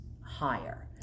higher